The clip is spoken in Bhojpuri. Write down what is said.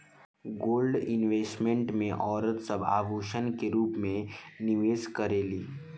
गोल्ड इन्वेस्टमेंट में औरत सब आभूषण के रूप में निवेश करेली